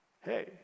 hey